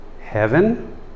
heaven